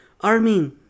Armin